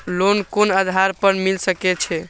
Loan कोन आधार पर मिल सके छे?